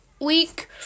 week